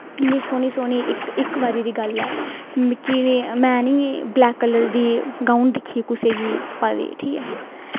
इ'न्ने सोह्ने सोह्ने इक बारी दी गल्ल ऐ में नां बलैक कल्लर दी गाउन दिक्खी कुसै गी पाए दी ठीक ऐ